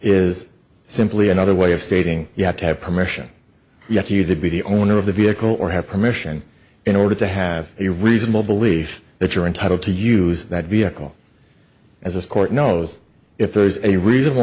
is simply another way of stating you have to have permission yet you to be the owner of the vehicle or have permission in order to have a reasonable belief that you're entitled to use that vehicle as this court knows if there is a reasonable